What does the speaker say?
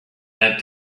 had